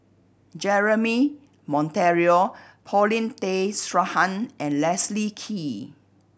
Jeremy Monteiro Paulin Tay Straughan and Leslie Kee